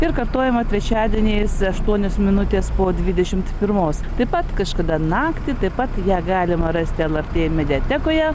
ir kartojama trečiadieniais aštuonios minutės po dvidešimt pirmos taip pat kažkada naktį taip pat ją galima rasti lrt mediatekoje